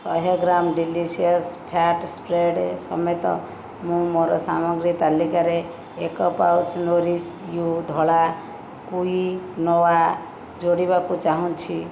ଶହେ gram delicious fat spread ସମେତ ମୁଁ ମୋର ସାମଗ୍ରୀ ତାଲିକାରେ ଏକ ପାଉଚ୍ ନୋରିଶ ୟୁ ଧଳା କ୍ୱିନୋଆ ଯୋଡ଼ିବାକୁ ଚାହୁଁଛି